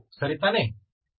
ಸರಿ ತಾನೇ